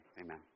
amen